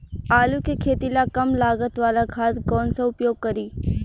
आलू के खेती ला कम लागत वाला खाद कौन सा उपयोग करी?